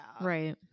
Right